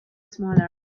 smaller